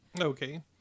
Okay